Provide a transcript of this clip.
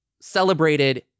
celebrated